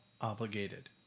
obligated